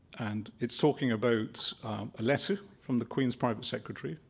and it's talking about a letter from the queen's private secretary,